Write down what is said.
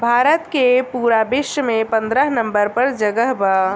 भारत के पूरा विश्व में पन्द्रह नंबर पर जगह बा